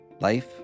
Life